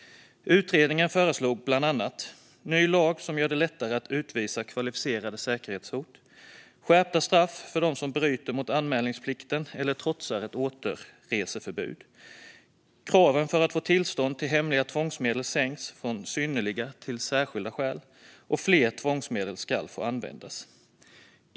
Utredningen föreslår bland annat ny lag som gör det lättare att utvisa kvalificerade säkerhetshot skärpta straff för dem som bryter mot anmälningsplikten eller trotsar ett återreseförbud sänkta krav för att få tillstånd till hemliga tvångsmedel, från synnerliga till särskilda skäl användning av fler tvångsmedel.